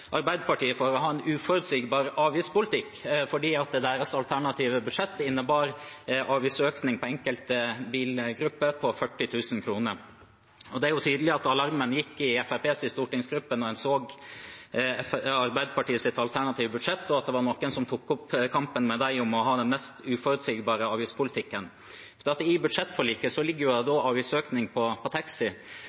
Arbeiderpartiet for å ha en uforutsigbar avgiftspolitikk, fordi deres alternative budsjett innebar avgiftsøkning på 40 000 kr for enkelte bilgrupper. Det er tydelig at alarmen gikk i Fremskrittspartiets stortingsgruppe da en så Arbeiderpartiets alternative budsjett, og at det var noen som tok opp kampen med dem om å ha den mest uforutsigbare avgiftspolitikken. I budsjettforliket ligger en avgiftsøkning for taxi, som ikke bare er over 40 000 kr, og som ikke er mer enn dobbelt så